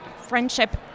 friendship